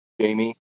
Jamie